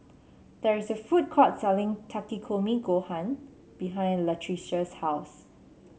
there is a food court selling Takikomi Gohan behind Latricia's house